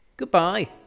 Goodbye